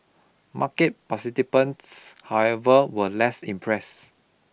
market participants however were less impressed